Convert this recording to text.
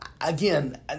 again